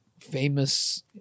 famous